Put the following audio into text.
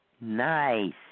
Nice